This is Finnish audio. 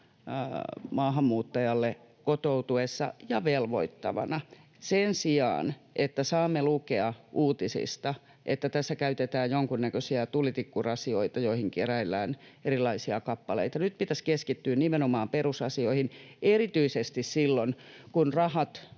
maahanmuuttajalle kotoutuessa ja velvoittavana sen sijaan, että saamme lukea uutisista, että tässä käytetään jonkunnäköisiä tulitikkurasioita, joihin keräillään erilaisia kappaleita. Nyt pitäisi keskittyä nimenomaan perusasioihin. Erityisesti silloin, kun rahat